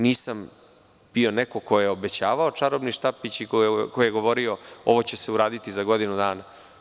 Nisam bio neko ko je obećavao čarobni štapić i koji je govorio – ovo će se uraditi za godinu dana.